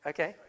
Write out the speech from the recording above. Okay